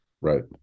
Right